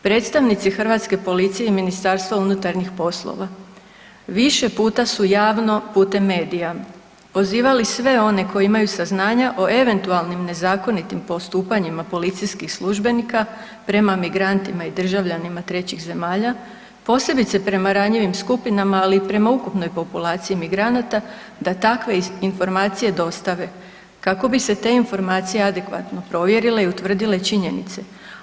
Predstavnici hrvatske policije i MUP-a više puta su javno putem medija pozivali sve one koji imaju saznanja o eventualnim nezakonitim postupanjima policijskih službenika prema migrantima i državljanima trećih zemalja posebice prema ranjivim skupinama, ali i prema ukupnoj populaciji migranata da takve informacije dostave kako bi se te informacije adekvatno provjerile i utvrdile činjenice.